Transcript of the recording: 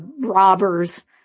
robbers